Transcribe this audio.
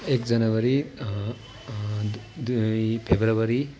एक जनवरी दुई फेब्रुअरी